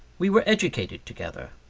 we were educated together.